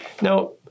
Now